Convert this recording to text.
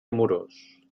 amorós